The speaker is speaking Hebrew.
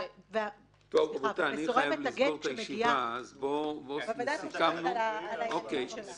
בוודאי שמסורבת הגט שמגיעה חושבת על הילדים שלה.